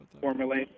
formulate